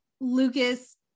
Lucas